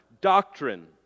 doctrine